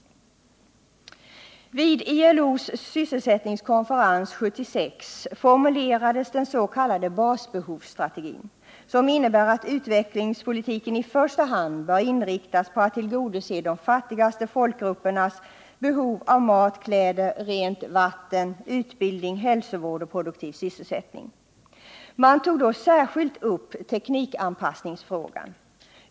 Vid ILO:s sysselsättningskonferens 1976 formulerades den s.k. basbehovsstrategin, som innebär att utvecklingspolitiken i första hand bör inriktas på att tillgodose de fattigaste folkgruppernas behov av mat, kläder, rent vatten, utbildning, hälsovård och produktiv sysselsättning. Man tog då särskilt upp teknikanpassningsfrågan.